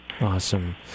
Awesome